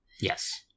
Yes